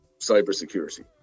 cybersecurity